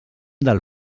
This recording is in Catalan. del